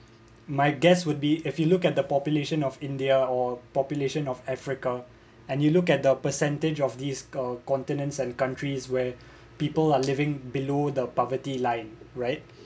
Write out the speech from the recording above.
my guess would be if you look at the population of india or population of africa and you look at the percentage of these uh continents and countries where people are living below the poverty line right